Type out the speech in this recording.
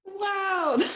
wow